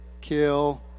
kill